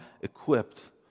equipped